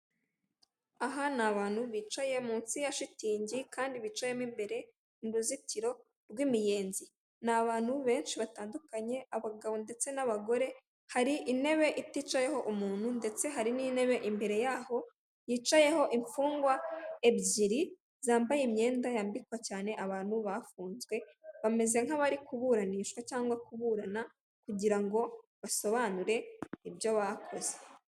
Aha ni abantu bicaye munsi ya shitingi kandi bicayemo imbere m'uruzitiro rw'imiyenzi, ni abantu benshi batandukanye, abagabo ndetse n'abagore, hari intebe iticayeho umuntu ndetse hari n'intebe imbere yaho yicayeho imfungwa ebyiri, zambaye imyenda yambikwa cyane abantu bafunzwe, bameze nk'abari kuburanishwa cyangwa kuburana kugira ngo basobanure ibyo bakoze.